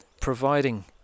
...providing